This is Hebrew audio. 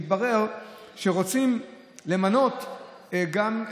התברר שרוצים למנות גם,